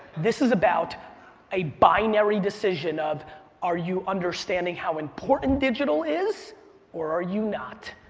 this is about a binary decision of are you understanding how important digital is or are you not?